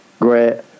great